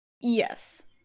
Yes